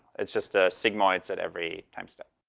it's just ah sigmoids at every time step.